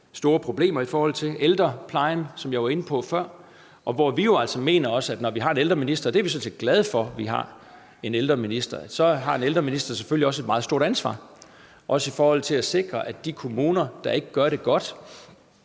store problemer i forhold til ældreplejen, som jeg var inde på før, og hvor vi jo altså mener, at når vi har en ældreminister, og det er vi sådan set glade for at vi har, så har en ældreminister selvfølgelig også et meget stort ansvar i forhold til at sikre, at de kommuner, der ikke gør det godt,